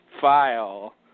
file